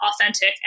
authentic